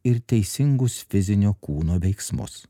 ir teisingus fizinio kūno veiksmus